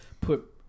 put